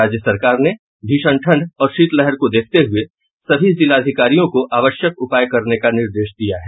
राज्य सरकार ने भीषण ठंड और शीतलहर को देखते हुए सभी जिलाधिकारियों को आवश्यक उपाय करने का निर्देश दिया है